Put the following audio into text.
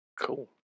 cool